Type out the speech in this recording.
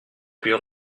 plus